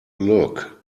look